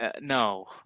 No